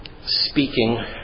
Speaking